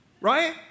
right